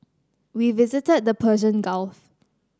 we visited the Persian Gulf